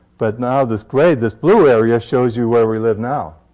but now this gray this blue area shows you where we live now.